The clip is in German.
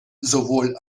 sowohl